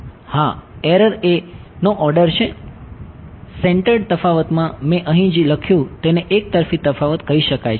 હા એરર એ નો ઓર્ડર છે સેંટર્ડ તફાવતમાં મેં અહીં જે લખ્યું છે તેને એક તરફી તફાવત કહી શકાય છે